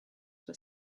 were